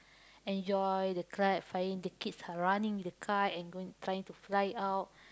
enjoy the kite flying the kids are running with the kite and going trying to fly it out